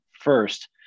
first